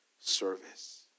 service